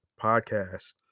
Podcast